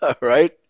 right